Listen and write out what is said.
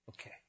Okay